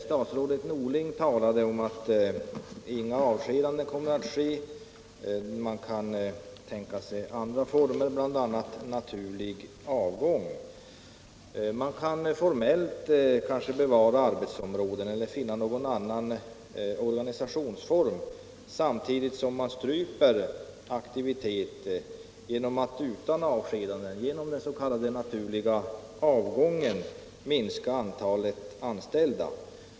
Statsrådet Norling talade om att inga avskedanden kommer att göras: man kan tänka sig andra former av personalminskning, bl.a. genom naturlig avgång. Man kanske kan formellt bevara arbetsområden elicr finna någon annan organisationsform samtidigt som man stryper aktiviteten genom att utan avskedanden, genom den s.k. naturliga avgången, minska antalet anställda.